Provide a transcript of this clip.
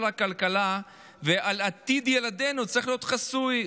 הכלכלה ועל עתיד ילדינו צריך להיות חסוי?